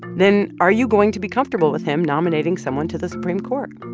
then are you going to be comfortable with him nominating someone to the supreme court?